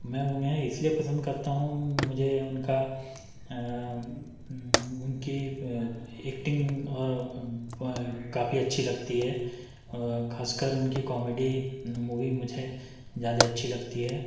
मैं उन्हें इसलिए पसंद करता हूँ मुझे उनका उनकी एक्टिंग और काफ़ी अच्छी लगती है खास कर उनकी कॉमेडी मूवी मुझे ज़्यादा अच्छी लगती है